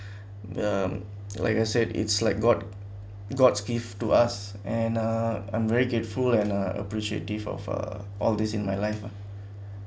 um like I said it's like god god's gift to us and uh I'm very grateful and uh appreciative of uh all these in my life ah